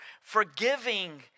forgiving